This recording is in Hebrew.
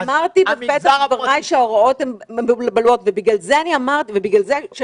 אמרתי בפתח דבריי שההוראות מבולבלות ולא ברורות.